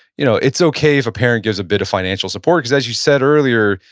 you know it's okay if a parent gives a bit of financial support, cause as you said earlier,